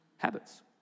habits